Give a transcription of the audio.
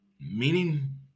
Meaning